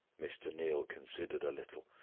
mr. neal considered a little.